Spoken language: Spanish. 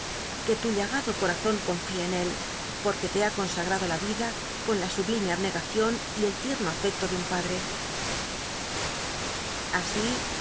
que tu llagado comzon con ne en él poi juc le ha consagrado in vida con la sublime abncgacion y el tierno afecto de un padre